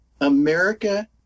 America